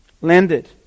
landed